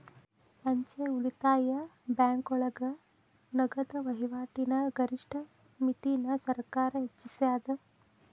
ಅಂಚೆ ಉಳಿತಾಯ ಬ್ಯಾಂಕೋಳಗ ನಗದ ವಹಿವಾಟಿನ ಗರಿಷ್ಠ ಮಿತಿನ ಸರ್ಕಾರ್ ಹೆಚ್ಚಿಸ್ಯಾದ